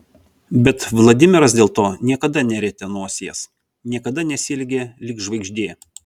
bet vladimiras dėl to niekada nerietė nosies niekada nesielgė lyg žvaigždė